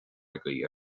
agaibh